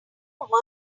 work